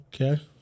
Okay